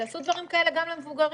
תעשו דברים כאלה גם למבוגרים.